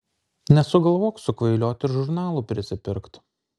nesugalvok sukvailiot ir žurnalų prisipirkt